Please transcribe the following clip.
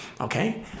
okay